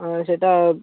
ହଁ ସେଟା